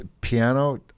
piano